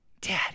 Daddy